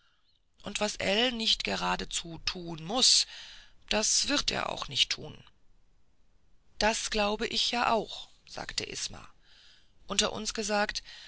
und was ell nicht geradezu tun muß das wird er auch nicht tun das glaube ich ja sagte isma unter uns gesagt